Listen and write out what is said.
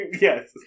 Yes